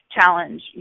challenge